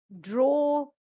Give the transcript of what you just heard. draw